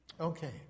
Okay